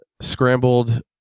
scrambled